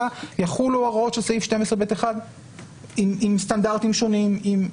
יחולו הוראות של סעיף 12ב1 עם סטנדרטים שונים.